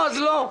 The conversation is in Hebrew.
לא אז לא.